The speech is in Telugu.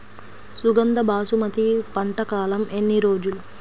సుగంధ బాసుమతి పంట కాలం ఎన్ని రోజులు?